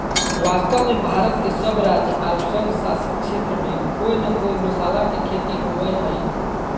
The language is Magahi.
वास्तव में भारत के सब राज्य आरो संघ शासित क्षेत्र में कोय न कोय मसाला के खेती होवअ हई